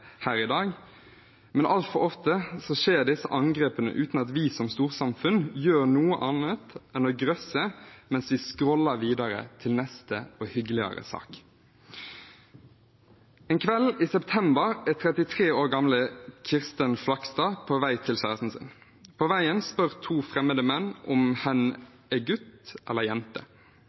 her i dag, men altfor ofte skjer disse angrepene uten at vi som storsamfunn gjør noe annet enn å grøsse mens vi skroller videre til neste og hyggeligere sak. En kveld i september er 33 år gamle Kirsten Flakstad på vei til kjæresten sin. På veien spør to fremmede menn om hen er gutt eller jente.